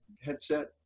headset